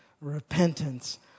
repentance